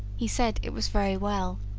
he said it was very well,